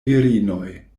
virinoj